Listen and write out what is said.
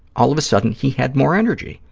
all of a sudden, he had more energy.